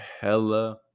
hella